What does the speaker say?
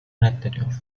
reddediyor